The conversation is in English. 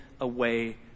away